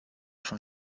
von